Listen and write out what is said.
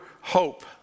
hope